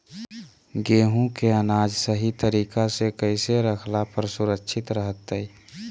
गेहूं के अनाज सही तरीका से कैसे रखला पर सुरक्षित रहतय?